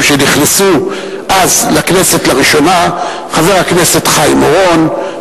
שנכנסו אז לכנסת לראשונה: חבר הכנסת חיים אורון,